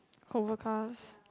hover cars